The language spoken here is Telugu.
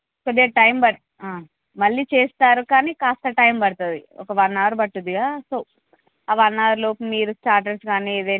టుడే టైం పడత మళ్ళీ చేస్తారు కానీ కాస్త టైం పడుతుంది ఒక వన్ అవర్ పడుతుంది కదా సో ఆ వన్ అవర్ లోపల మీరు స్టార్టర్స్ కానీ ఏదైనా